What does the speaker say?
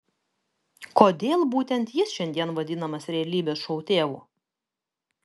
kodėl būtent jis šiandien vadinamas realybės šou tėvu